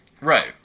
Right